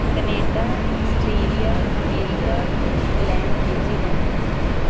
Canada Australia America England New Zealand